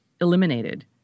eliminated